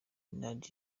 minaj